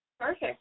Perfect